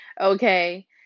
Okay